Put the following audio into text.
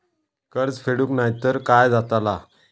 कर्ज फेडूक नाय तर काय जाताला?